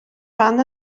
fan